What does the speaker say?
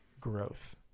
growth